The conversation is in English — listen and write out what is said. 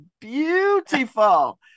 beautiful